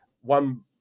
one